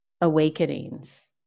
awakenings